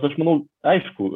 aš manau aišku